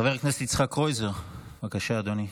חבר הכנסת יצחק קרויזר, בבקשה, אדוני.